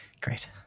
great